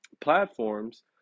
platforms